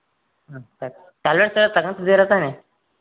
ಟ್ಯಾಬ್ಲೆಟ್ಸೆಲ್ಲ ತಗೊತಿದ್ದೀರಾ ತಾನೆ